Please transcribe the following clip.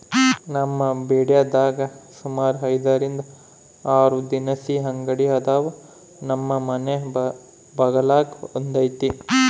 ನಮ್ ಬಿಡದ್ಯಾಗ ಸುಮಾರು ಐದರಿಂದ ಆರು ದಿನಸಿ ಅಂಗಡಿ ಅದಾವ, ನಮ್ ಮನೆ ಬಗಲಾಗ ಒಂದೈತೆ